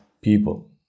people